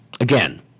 again